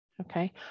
okay